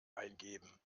eingeben